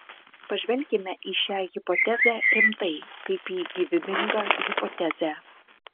pažvelkime į šią hipotezę rimtai kaip į gyvybingą hipotezę